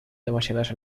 demasiadas